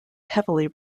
heavily